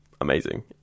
amazing